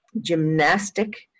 gymnastic